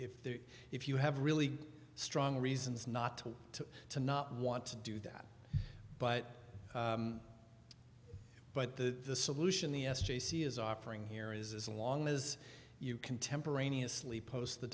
if there if you have really strong reasons not to to not want to do that but but the solution the s j c is offering here is as long as you contemporaneously post the